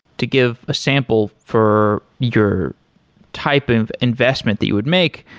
to give a sample for your type of investment that you would make,